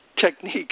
technique